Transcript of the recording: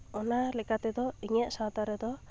ᱚᱱᱟ ᱞᱮᱠᱟ ᱛᱮᱫᱚ ᱤᱧᱟᱹᱜ ᱥᱟᱶᱛᱟ ᱨᱮᱫᱚ